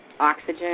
oxygen